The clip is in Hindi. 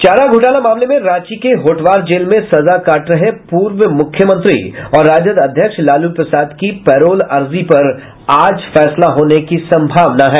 चारा घोटाला मामले में रांची के होटवार जेल में सजा काट रहे पूर्व मुख्यमंत्री और राजद अध्यक्ष लालू प्रसाद की पैरोल अर्जी पर आज फैसला होने की संभावना है